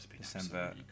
December